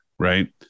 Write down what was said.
right